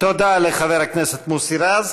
תודה לחבר הכנסת מוסי רז.